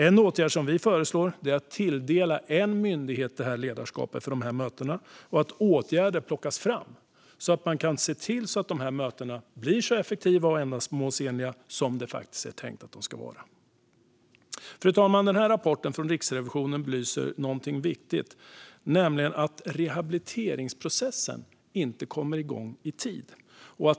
En åtgärd som vi föreslår är att man tilldelar en myndighet ledarskap för dessa möten och att åtgärder tas fram för att man ska kunna se till att dessa möten blir så effektiva och ändamålsenliga som det är tänkt att de ska vara. Fru talman! Rapporten från Riksrevisionen belyser något viktigt, nämligen att rehabiliteringsprocessen inte kommer igång i tid.